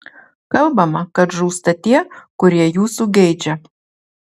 kalbama kad žūsta tie kurie jūsų geidžia